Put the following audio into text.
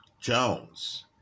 Jones